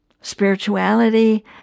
spirituality